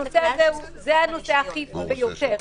זה הנושא האכיף ביותר,